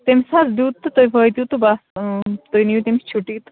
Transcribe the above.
تٔمِس حظ دیُت تہٕ تُہۍ وٲتِو تہٕ بَس تُہۍ نِیو تٔمِس چھُٹی تہٕ